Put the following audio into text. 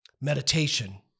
meditation